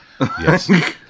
Yes